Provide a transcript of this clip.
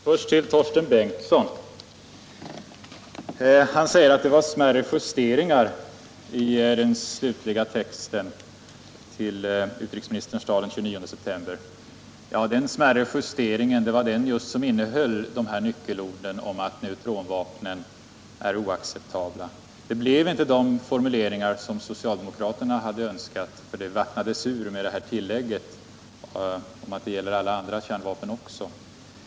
Herr talman! Först några ord till Torsten Bengtson. Han säger att det gjordes smärre justeringar i den slutliga texten till utrikesministerns tal den 29 september. Det var just dessa smärre justeringar som innehöll nyckelorden om att neutronvapnen är oacceptabla. Det blev inte de formuleringar som socialdemokraterna hade önskat. De urvattnades genom tillägget om att det gäller alla andra kärnvapen också.